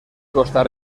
costa